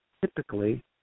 typically